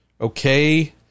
okay